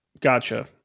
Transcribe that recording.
Gotcha